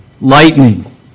lightning